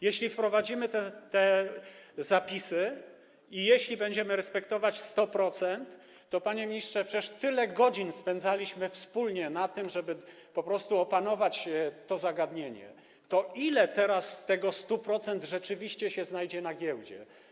Jeśli wprowadzimy te zapisy i jeśli będziemy respektować 100%, to, panie ministrze - przecież tyle godzin spędzaliśmy wspólnie po to, żeby po prostu opanować to zagadnienie - ile z tych 100% rzeczywiście się znajdzie na giełdzie?